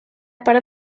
part